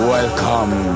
Welcome